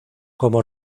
como